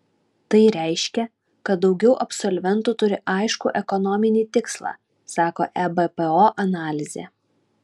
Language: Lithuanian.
tai reiškia kad daugiau absolventų turi aiškų ekonominį tikslą sako ebpo analizė